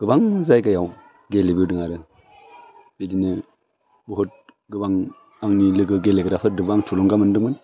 गोबां जायगायाव गेलेबोदों आरो बिदिनो बहुथ गोबां आंनि लोगो गेलेग्राफोरजों आं थुलुंगा मोनदोंमोन